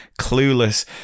clueless